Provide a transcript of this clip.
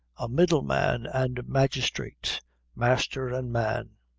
a middle man and magistrate master and man.